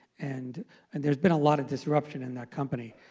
and and there's been a lot of disruption in that company.